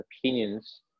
opinions